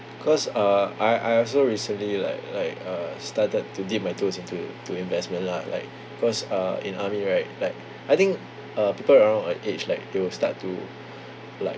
cause uh I I also recently like like uh started to dip my toes into it to investment lah like cause uh in army right like I think uh people around my age like they will start to like